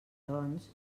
doncs